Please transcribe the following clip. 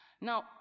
Now